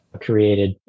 created